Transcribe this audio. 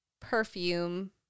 perfume